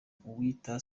uwiyita